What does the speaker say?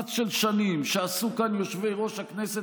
מאמץ של שנים שעשו כאן יושבי-ראש הכנסת